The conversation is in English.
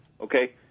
Okay